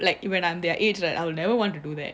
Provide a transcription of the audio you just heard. like when I'm their age that I'll never want to do that